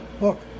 Look